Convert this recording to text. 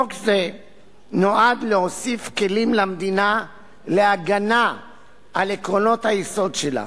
חוק זה נועד להוסיף כלים למדינה להגנה על עקרונות היסוד שלה.